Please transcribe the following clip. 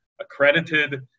accredited